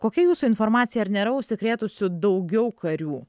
kokia jūsų informacija ar nėra užsikrėtusių daugiau karių